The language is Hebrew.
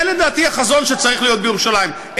זה לדעתי החזון שצריך להיות בירושלים,